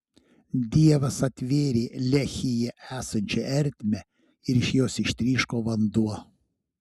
dievas atvėrė lehyje esančią ertmę ir iš jos ištryško vanduo